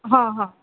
ହଁ ହଁ